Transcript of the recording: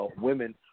women